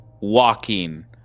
walking